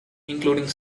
including